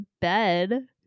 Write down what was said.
bed